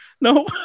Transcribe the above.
No